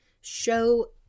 show